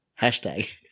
Hashtag